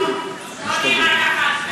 לא נראה כך על פני השטח.